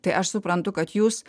tai aš suprantu kad jūs